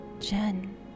Jen